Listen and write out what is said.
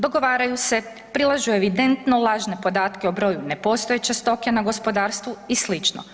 Dogovaraju se, prilažu evidentno lažne podatke o broju nepostojeće stoke na gospodarstvu i sl.